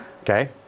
Okay